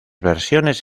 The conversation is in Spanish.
versiones